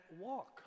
walk